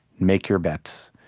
make your bets.